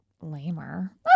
lamer